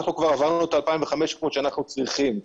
אנחנו כבר עברנו את ה-2,500 שאנחנו צריכים.